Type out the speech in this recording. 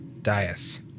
Dias